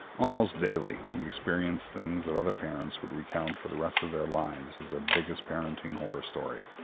almost daily we experience things that other parents would recount for the rest of their lives as their biggest parenting horror story.